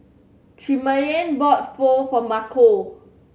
Tremayne bought Pho for Marco